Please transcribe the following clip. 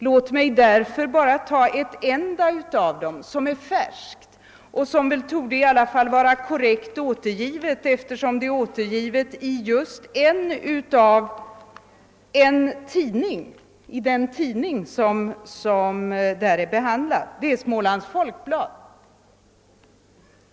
Låt mig därför bara ta ett enda färskt referat som i alla fall torde vara korrekt återgivet, eftersom det återfinns i just Smålands Folkblad.